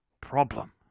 problem